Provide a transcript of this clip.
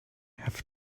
have